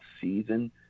season